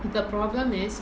the problem is